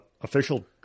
official